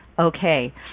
Okay